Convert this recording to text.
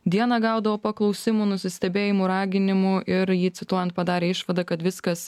dieną gaudavo paklausimų nusistebėjimų raginimų ir jį cituojant padarė išvadą kad viskas